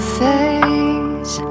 face